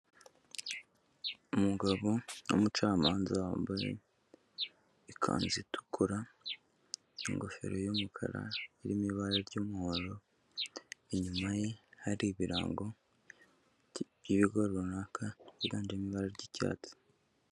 Umugabo w'umucamanza wambaye ikanzu itukura n'ingofero y'umukara irimo ibara ry'umuhondo, inyuma ye hari ibirango by'ibigo runaka higanjemo ibara ry'icyatsi.